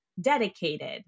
Dedicated